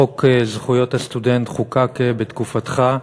חוק זכויות הסטודנט חוקק בתקופתך,